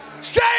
Say